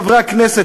חברי הכנסת,